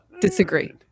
disagree